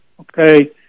okay